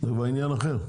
זה כבר עניין אחר.